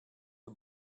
the